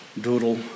doodle